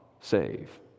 save